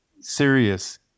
serious